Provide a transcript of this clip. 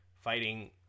fighting